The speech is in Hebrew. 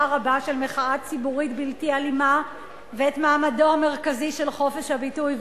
הרבה של מחאה ציבורית בלתי אלימה ואת מעמדו המרכזי של חופש הביטוי.